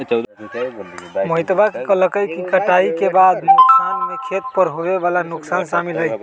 मोहितवा ने कहल कई कि कटाई के बाद के नुकसान में खेत पर होवे वाला नुकसान शामिल हई